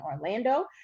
Orlando